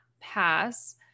pass